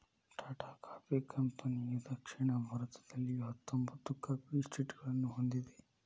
Tata coffee ಕಂಪನಿಯುದಕ್ಷಿಣ ಭಾರತದಲ್ಲಿಹತ್ತೊಂಬತ್ತು coffee ಎಸ್ಟೇಟ್ಗಳನ್ನು ಹೊಂದಿದೆ